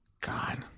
God